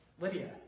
Lydia